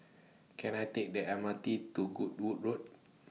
Can I Take The M R T to Goodwood Road